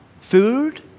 food